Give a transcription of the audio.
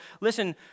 Listen